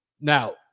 Now